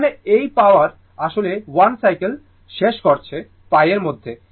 যেখানে এই পাওয়ার আসলে 1 সাইকেল শেষ করছে π এর মধ্যে